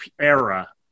era